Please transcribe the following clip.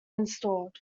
installed